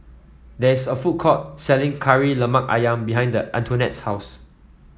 there is a food court selling Kari Lemak ayam behind Antionette's house